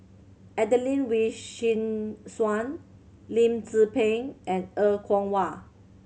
Adelene Wee Chin Suan Lim Tze Peng and Er Kwong Wah